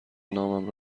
نامم